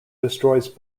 destroys